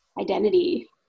identity